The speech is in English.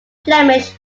flemish